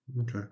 Okay